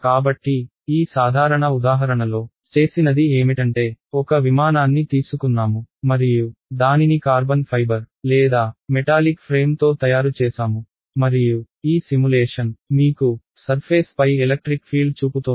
కాబట్టి ఈ సాధారణ ఉదాహరణలో చేసినది ఏమిటంటే ఒక విమానాన్ని తీసుకున్నాము మరియు దానిని కార్బన్ ఫైబర్ లేదా మెటాలిక్ ఫ్రేమ్తో తయారు చేసాము మరియు ఈ సిములేషన్ మీకు సర్ఫేస్ పై ఎలక్ట్రిక్ ఫీల్డ్ చూపుతోంది